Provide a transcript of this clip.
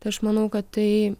tai aš manau kad tai